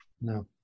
No